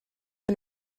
and